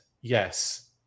Yes